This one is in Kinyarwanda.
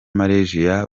malaysia